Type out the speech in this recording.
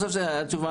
לדיון?